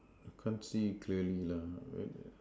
can't see clearly lah where the